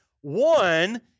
one